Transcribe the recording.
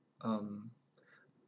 um